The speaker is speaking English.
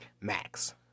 max